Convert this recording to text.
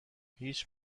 هیچ